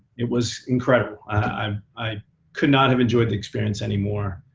it was incredible. um i could not have enjoyed the experience any more.